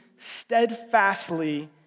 Steadfastly